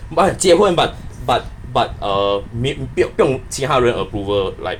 but 结婚 but but but uh 没不用不用其他人 approval like